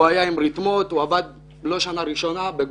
הוא עבד הרבה שנים בגובה.